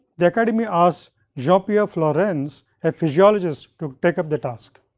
the academy asks jean pierre flourens, a physiologist to take up the task.